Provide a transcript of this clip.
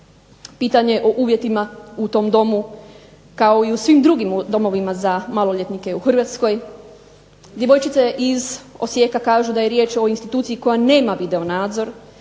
pitanje o uvjetima u tom domu kao i u svim drugim domovima za maloljetnike u Hrvatskoj. Djevojčica je iz Osijeka, kažu da je riječ o instituciji koja nema video nadzor,